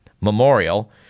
Memorial